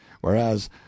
whereas